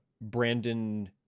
brandon